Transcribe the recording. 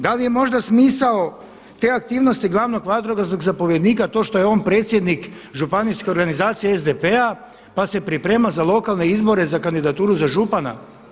Da li je možda smisao te aktivnosti te aktivnosti glavnog vatrogasnog zapovjednika to što je on predsjednik Županijske organizacije SDP-a pa se priprema za lokalne izbore za kandidaturu za župana?